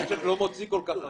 המשק לא מוציא כל כך הרבה.